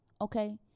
okay